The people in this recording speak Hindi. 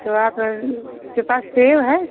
तो आपके पास सेब् है